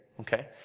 okay